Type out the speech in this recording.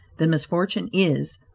the misfortune is,